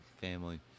family